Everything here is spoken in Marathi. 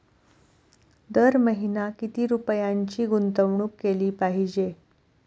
दर महिना किती रुपयांची गुंतवणूक केली पाहिजे?